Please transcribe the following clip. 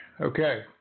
Okay